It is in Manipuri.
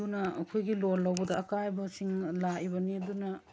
ꯑꯗꯨꯅ ꯑꯩꯈꯣꯏꯒꯤ ꯂꯣꯟ ꯂꯧꯕꯗ ꯑꯀꯥꯏꯕꯁꯤꯡ ꯂꯥꯛꯏꯕꯅꯤ ꯑꯗꯨꯅ